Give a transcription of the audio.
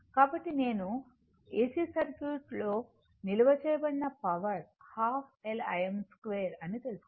కాబట్టి ఎసి సర్క్యూట్లో నిల్వ చేయబడిన పవర్ ½ L Im 2 అని తెలుసుకోండి